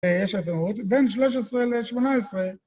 יש עדות, בין 13 ל-18